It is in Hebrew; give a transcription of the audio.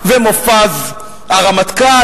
ומופז הרמטכ"ל,